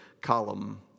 column